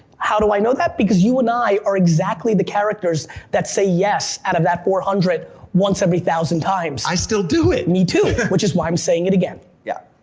how do i know that? because you and i are exactly the characters that say yes out of that four hundred once every thousand times. i still do it! me too! which is why i'm saying it again. yeah.